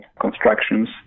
constructions